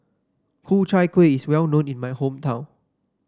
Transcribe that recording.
Ku Chai Kueh is well known in my hometown